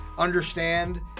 Understand